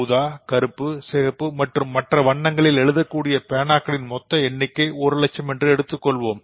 ஊதா கருப்பு சிகப்புது மற்றும் மற்ற வண்ணங்களில் எழுதக்கூடிய பேனாக்களின்மொத்த எண்ணிக்கை ஒரு லட்சம் எடுத்துக்கொள்வோம்